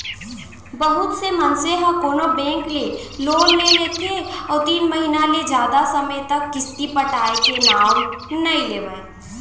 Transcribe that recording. बहुत से मनसे ह कोनो बेंक ले लोन ले लेथे अउ तीन महिना ले जादा समे तक किस्ती पटाय के नांव नइ लेवय